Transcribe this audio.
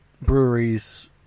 breweries